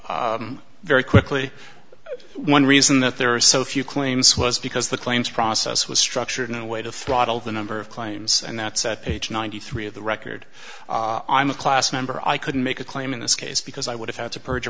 one very quickly one reason that there are so few claims was because the claims process was structured in a way to throttle the number of claims and that said page ninety three of the record i'm a class member i couldn't make a claim in this case because i would have had to perjure